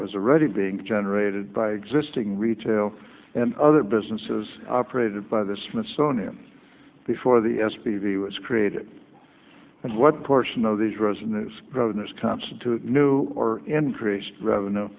was already being generated by existing retail and other businesses operated by the smithsonian before the s p v was created and what portion of these residents revenues constitute new or increased revenue